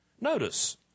Notice